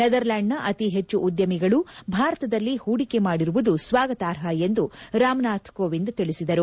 ನೆದರ್ಲೆಂಡ್ನ ಅತಿ ಹೆಚ್ಚು ಉದ್ಯಮಿಗಳು ಭಾರತದಲ್ಲಿ ಪೂಡಿಕೆ ಮಾಡಿರುವುದು ಸ್ವಾಗತಾರ್ಪ ಎಂದು ರಾಮನಾಥ್ ಕೋವಿಂದ್ ತಿಳಿಸಿದರು